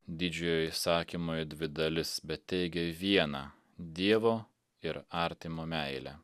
didžiojo įsakymo į dvi dalis bet teigia vieną dievo ir artimo meilę